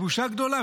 בושה גדולה.